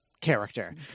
character